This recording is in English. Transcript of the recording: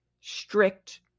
strict